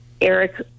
eric